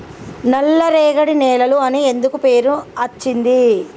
నల్లరేగడి నేలలు అని ఎందుకు పేరు అచ్చింది?